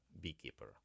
beekeeper